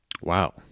Wow